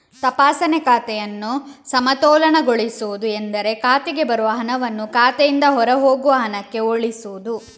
ತಪಾಸಣೆ ಖಾತೆಯನ್ನು ಸಮತೋಲನಗೊಳಿಸುವುದು ಎಂದರೆ ಖಾತೆಗೆ ಬರುವ ಹಣವನ್ನು ಖಾತೆಯಿಂದ ಹೊರಹೋಗುವ ಹಣಕ್ಕೆ ಹೋಲಿಸುವುದು